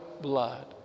blood